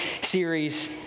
series